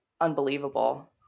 unbelievable